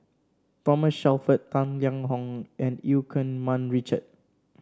Thomas Shelford Tang Liang Hong and Eu Keng Mun Richard